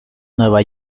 nueva